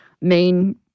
main